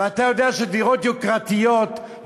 ואתה יודע שדירות יוקרתיות,